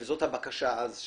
וזו הבקשה שהיתה.